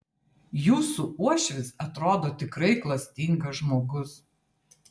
jūsų uošvis atrodo tikrai klastingas žmogus